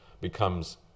becomes